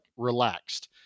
Relaxed